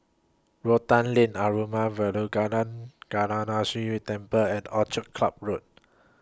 Rotan Lane Arulmigu Velmurugan Gnanamuneeswarar Temple and Orchid Club Road